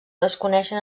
desconeixen